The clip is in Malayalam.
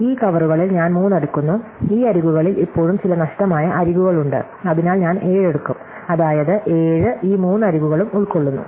അതിനാൽ ഈ കവറുകളിൽ ഞാൻ 3 എടുക്കുന്നു ഈ അരികുകളിൽ ഇപ്പോഴും ചില നഷ്ടമായ അരികുകളുണ്ട് അതിനാൽ ഞാൻ 7 എടുക്കും അതായത് 7 ഈ മൂന്ന് അരികുകളും ഉൾക്കൊള്ളുന്നു